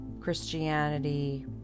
christianity